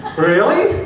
really?